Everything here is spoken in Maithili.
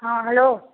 हँ हेलो